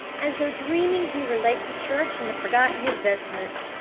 as though dreaming he were late to church and had forgotten his vestments,